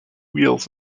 wheels